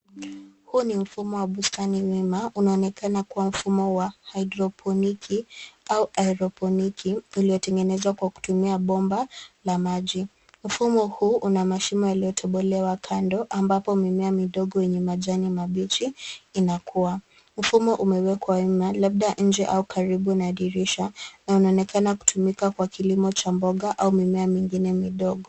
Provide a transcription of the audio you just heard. Huu ni mfumo wa bustani wima . Unaonekana kuwa mfumo wa hydroponiki au aeroponiki uliotengenezwa kwa kutumia bomba la maji. Mfumo huu una mashimo yaliyotobolewa kando ambapo mimea midogo yenye majani mabichi inakua. Mfumo umewekwa wima labda nje au karibu na dirisha na unaonekana kutumika kwa kilimo cha mboga au mimea mingine midogo.